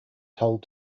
told